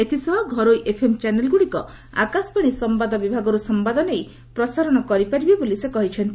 ଏଥିସହ ଘରୋଇ ଏଫ୍ଏମ୍ ଚାନେଲ୍ଗୁଡ଼ିକ ଆକାଶବାଣୀ ସମ୍ଭାଦ ବିଭାଗରୁ ସମ୍ଭାଦ ନେଇ ପ୍ରସାରଣ କରିପାରିବେ ବୋଲି ସେ କହିଛନ୍ତି